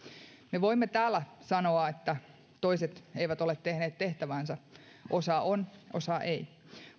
me voimme täällä sanoa että toiset eivät ole tehneet tehtäväänsä osa on osa ei